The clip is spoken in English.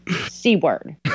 C-word